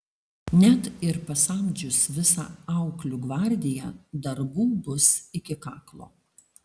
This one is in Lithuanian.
net ir pasamdžius visą auklių gvardiją darbų bus iki kaklo